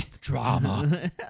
Drama